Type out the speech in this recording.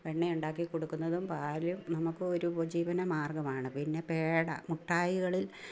വെണ്ണ ഉണ്ടാക്കികൊടുക്കുന്നതും പാലും നമുക്ക് ഒരു ഉപജീവനമാർഗമാണ് പിന്നെ പേഡ മുട്ടായികളിൽ